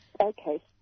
Okay